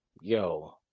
yo